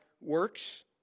works